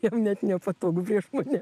jam net nepatogu prieš mane